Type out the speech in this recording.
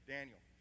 Daniel